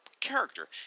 character